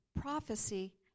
prophecy